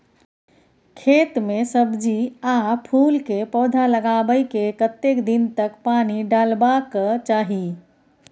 खेत मे सब्जी आ फूल के पौधा लगाबै के कतेक दिन तक पानी डालबाक चाही?